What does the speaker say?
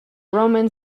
roman